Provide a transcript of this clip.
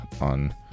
on